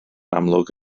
amlwg